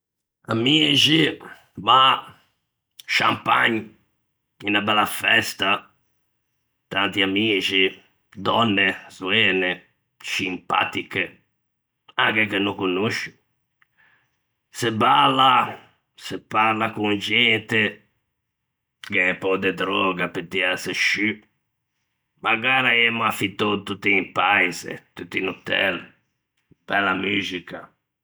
Amixi, mâ, champagne, unna bella festa, tanti amixi, dònne, zoene, scimpatiche, anche che no conoscio, se balla, se parla con gente, gh'é un pö de dröga pe tiâse sciù, magara emmo affittou tutto un paise, tutto un hotel... bella muxica....